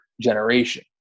generation